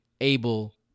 able